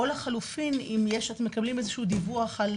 או לחלופין, אם אתם מקבלים איזשהו דיווח על